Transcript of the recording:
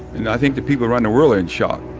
and i think the people around the world are in shock.